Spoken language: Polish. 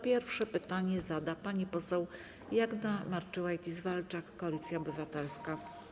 Pierwsze pytanie zada pani poseł Jagna Marczułajtis-Walczak, Koalicja Obywatelska.